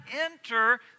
enter